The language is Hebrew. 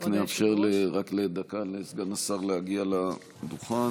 רק נאפשר לסגן השר להגיע לדוכן.